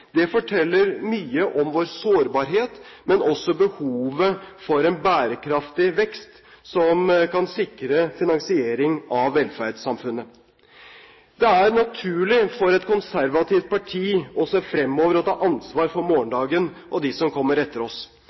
Det forteller mye om vår sårbarhet, men også om behovet for en bærekraftig vekst som kan sikre finansiering av velferdssamfunnet. Det er naturlig for et konservativt parti å se fremover og ta ansvar for morgendagen og de som kommer etter oss.